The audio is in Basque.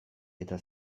eta